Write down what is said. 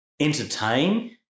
entertain